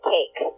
Cake